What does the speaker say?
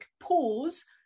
pause